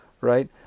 right